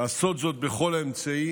ולעשות זאת בכל אמצעי